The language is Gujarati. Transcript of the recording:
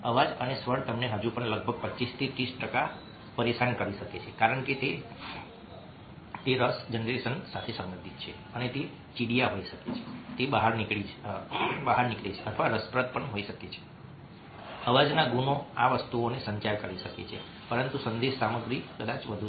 અવાજ અને સ્વર તમને હજુ પણ લગભગ 25 થી 30 ટકા પરેશાન કરી શકે છે કારણ કે તે રસ જનરેશન સાથે સંબંધિત છે અને તે ચીડિયા હોઈ શકે છે તે બહાર નીકળે છે અથવા રસપ્રદ હોઈ શકે છે અવાજના ગુણો આ વસ્તુઓને સંચાર કરી શકે છે પરંતુ સંદેશ સામગ્રી કદાચ વધુ છે